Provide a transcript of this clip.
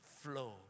flow